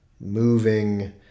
moving